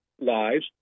lives